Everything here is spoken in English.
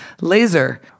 Laser